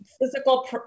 physical